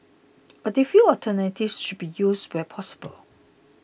but they feel alternatives should be used where possible